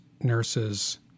nurses